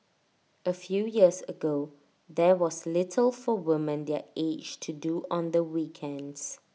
A few years ago there was little for woman their age to do on the weekends